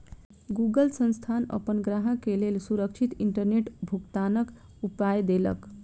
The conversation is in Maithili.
गूगल संस्थान अपन ग्राहक के लेल सुरक्षित इंटरनेट भुगतनाक उपाय देलक